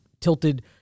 tilted